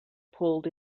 pulled